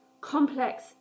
complex